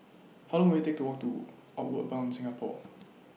How Long Will IT Take to Walk to Outward Bound Singapore